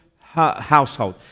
household